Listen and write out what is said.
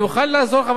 אני מוכן לעזור לך,